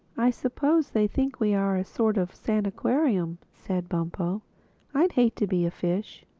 i suppose they think we are a sort of sanaquarium, said bumpo i'd hate to be a fish.